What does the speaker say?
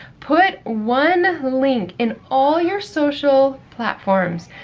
put one link in all your social platforms.